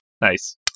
Nice